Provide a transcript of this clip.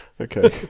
Okay